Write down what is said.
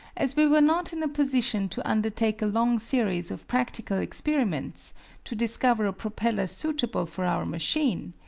as we were not in a position to undertake a long series of practical experiments to discover a propeller suitable for our machine,